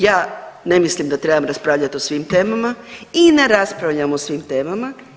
Ja ne mislim da trebam raspravljati o svim temama i ne raspravljam o svim temama.